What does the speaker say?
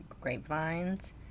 grapevines